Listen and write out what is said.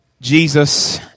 Jesus